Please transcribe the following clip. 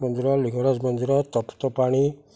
ମନ୍ଦିର ଲିଙ୍ଗରାଜ ମନ୍ଦିର ତପ୍ତପାଣି